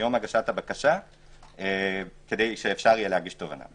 מיום הגשת הבקשה כדי שאפשר יהיה להגיש תובענה.